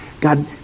God